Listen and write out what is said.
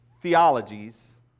theologies